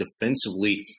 defensively